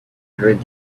heard